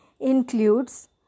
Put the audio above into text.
includes